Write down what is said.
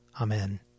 Amen